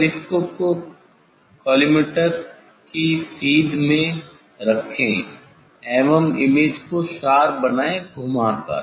telescope को collimator की सीध में रखें एवं इमेज को शार्प बनाये घुमा कर